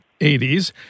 80s